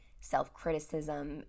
self-criticism